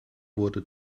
wurde